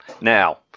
Now